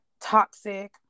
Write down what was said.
toxic